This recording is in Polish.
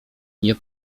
nie